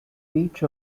each